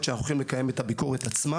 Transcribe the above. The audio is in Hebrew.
הביקורת שאנחנו הולכים לקיים את הביקורת עצמה.